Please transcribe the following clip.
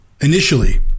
Initially